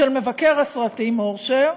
של מבקר הסרטים אורשר,